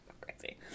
crazy